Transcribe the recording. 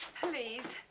please,